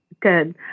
Good